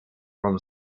from